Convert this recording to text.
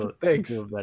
Thanks